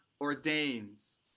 ordains